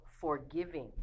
forgiving